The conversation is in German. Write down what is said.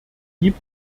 gibt